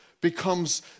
becomes